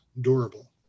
durable